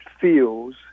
feels